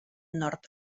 nord